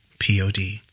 P-O-D